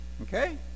Okay